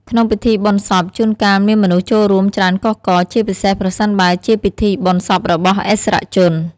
ក្នុងពិធីបុណ្យសព ជួនកាលមានមនុស្សចូលរួមច្រើនកុះករ ជាពិសេសប្រសិនបើជាពិធីបុណ្យសពរបស់ឥស្សរជន។